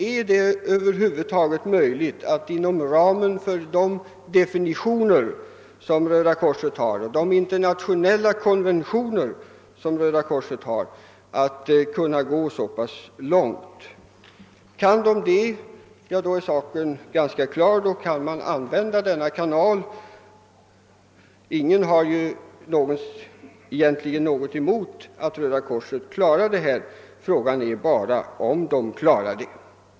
Är det över huvud taget möjligt att inom ramen för de definitioner och de internationella konventioner som Röda korset följer gå så långt? Är detta möjligt, ja, då är saken klar: då kan man använda denna kanal. Ingen har ju egentligen någonting emot att Röda korset ombesörjer detta. Frågan är bara om Röda korset klarar det.